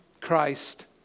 Christ